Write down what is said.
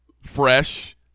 fresh